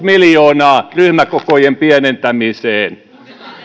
miljoonaa ryhmäkokojen pienentämiseen